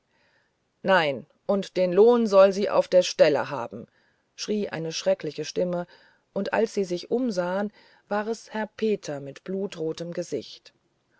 nein und den lohn soll sie zur stelle haben schrie eine schreckliche stimme und als sie sich umsahen war es herr peter mit blutrotem gesicht